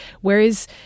Whereas